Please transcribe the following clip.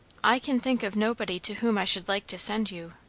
i can think of nobody to whom i should like to send you,